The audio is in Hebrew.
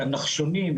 את הנחשונים,